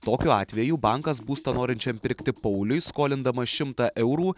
tokiu atveju bankas būstą norinčiam pirkti pauliui skolindamas šimtą eurų